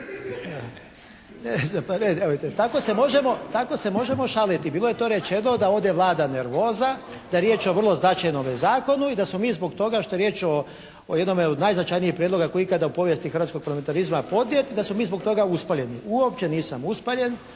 Tako se možemo šaliti, bilo je to rečeno da ovdje vlada nervoza, da je riječ o vrlo značajnome zakonu i da smo mi zbog toga što je riječ o jednome od najznačajnijih prijedloga koji je ikada u povijesti hrvatskog … /Govornik se ne razumije./ … da smo mi zbog toga uspaljeni. Uopće nisam uspaljen.